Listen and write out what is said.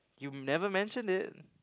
you never mentioned it